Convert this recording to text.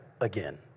again